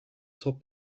top